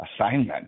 assignment